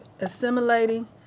assimilating